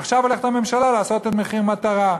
עכשיו הולכת הממשלה לעשות מחיר מטרה.